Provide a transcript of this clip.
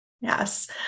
Yes